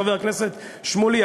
חבר הכנסת שמולי,